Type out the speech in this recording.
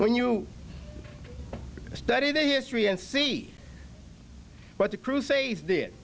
when you study the history and see what the crusades did